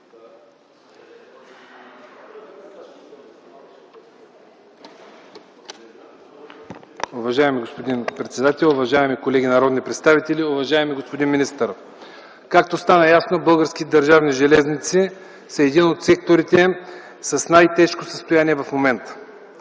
Уважаеми господин председател, уважаеми колеги народни представители, уважаеми господин министър! Както стана ясно, Български държавни железници са един от секторите с най-тежко състояние в момента.